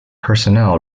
personnel